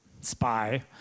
Spy